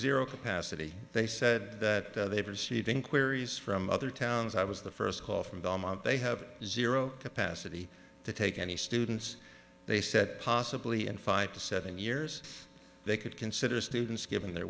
zero capacity they said that they've received inquiries from other towns i was the first call from belmont they have zero capacity to take any students they said possibly in five to seven years they could consider students given the